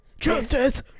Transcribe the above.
Justice